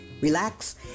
relax